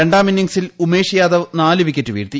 രണ്ടാം ഇന്നിംഗിസിൽ ഉമേഷ് യാദവ് നാല് വിക്കറ്റ് വീഴ്ത്തി